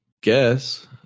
guess